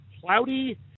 cloudy